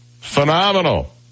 Phenomenal